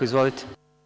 Izvolite.